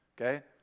okay